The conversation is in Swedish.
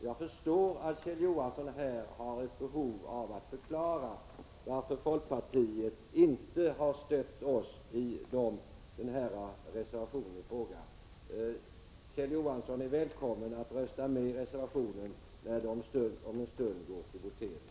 Jag förstår att Kjell Johansson har ett behov av att förklara varför inte folkpartiet har stött denna reservation. Kjell Johansson är välkommen att rösta med reservationen när vi om en stund går till votering.